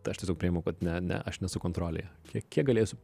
tai aš tiesiog priimu kad ne ne aš nesu kontrolėje kiek kiek galėsiu